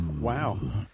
Wow